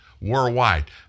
worldwide